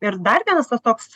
ir dar vienas vat toks